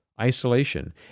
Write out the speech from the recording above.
isolation